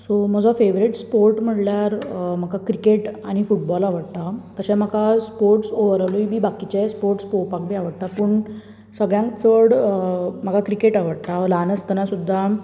so म्हजो favourite sport म्हणल्यार म्हाका क्रिकेट आनी फुटबॉल आवडटा तशें म्हाका स्पोर्टस ओवरोलूय बी बाकीचे स्पोर्टस पळोवपाकूय बी आवडटा पूण सगळ्यान चड म्हाका क्रिकेट आवडटा म्हाका ल्हान आसतना सुद्धा